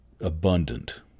abundant